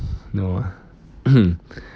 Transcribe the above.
no ah